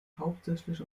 hauptsächlich